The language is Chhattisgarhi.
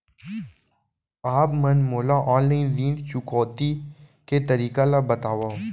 आप मन मोला ऑनलाइन ऋण चुकौती के तरीका ल बतावव?